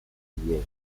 singulière